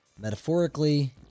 metaphorically